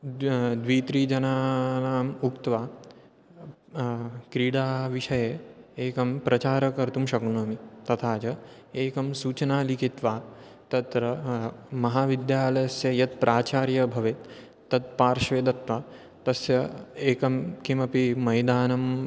द्व्या द्वित्रिजनानाम् उक्त्वा क्रीडाविषये एकं प्रचारं कर्तुं शक्नोमि तथा च एकां सूचनां लिखित्वा तत्र महाविद्यालयस्य यत् प्राचार्यः भवेत् तत् पार्श्वे दत्वा तस्य एकं किमपि मैदानं